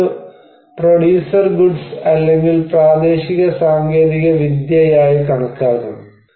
ഇത് ഒരു producer goods അല്ലെങ്കിൽ പ്രാദേശിക സാങ്കേതികവിദ്യയായി കണക്കാക്കണം